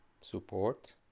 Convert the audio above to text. support